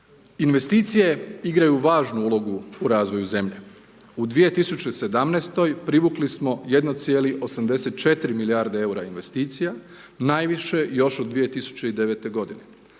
Investicije igraju važnu ulogu u razvoju zemlje, u 2017. privukli smo 1,84 milijarde eura investicija, najviše još 2009. a 2018.